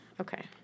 Okay